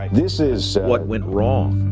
ah this is. what went wrong?